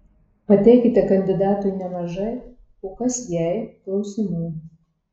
pateikite kandidatui nemažai o kas jei klausimų